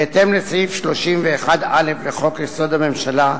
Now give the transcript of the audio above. בהתאם לסעיף 31(א) לחוק-יסוד: הממשלה,